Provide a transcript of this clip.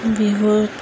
বিহুত